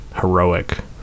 heroic